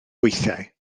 weithiau